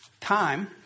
time